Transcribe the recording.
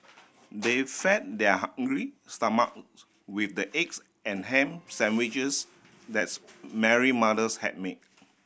they fed their hungry stomach with the eggs and ham sandwiches that's Mary mothers had made